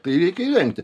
tai reikia įrengti